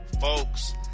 folks